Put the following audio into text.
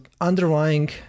underlying